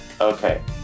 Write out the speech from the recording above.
Okay